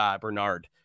Bernard